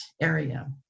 area